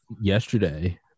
yesterday